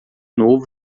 novo